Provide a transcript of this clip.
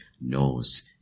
knows